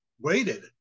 waited